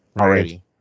already